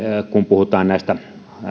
kun puhutaan näistä